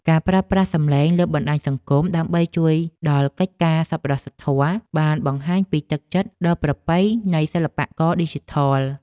ការប្រើប្រាស់សំឡេងលើបណ្តាញសង្គម ដើម្បីជួយដល់កិច្ចការសប្បុរសធម៌បានបង្ហាញពីទឹកចិត្តដ៏ប្រពៃនៃសិល្បករឌីជីថល។